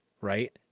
right